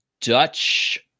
Dutch